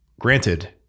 granted